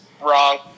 Wrong